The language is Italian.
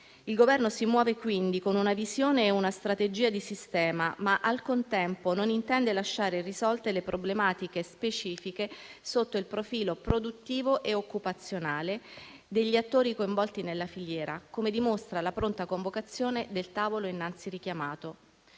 Il Governo si muove quindi con una visione e una strategia di sistema, ma al contempo non intende lasciare irrisolte le problematiche specifiche sotto il profilo produttivo e occupazionale degli attori coinvolti nella filiera, come dimostra la pronta convocazione del tavolo innanzi richiamato.